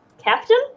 Captain